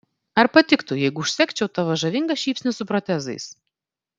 ar patiktų jeigu užsegčiau tavo žavingą šypsnį su protezais